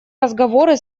разговоры